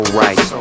right